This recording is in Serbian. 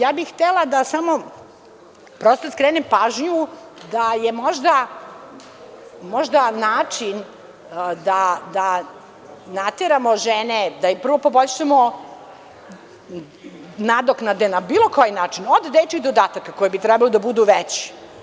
Ja bi htela da samo, prosto, skrenem pažnju da je možda način da nateramo žene, da im prvo poboljšamo nadoknade na bilo koji način, od dečijih dodataka, koji bi trebali da budu veći.